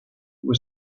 was